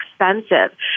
expensive